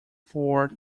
four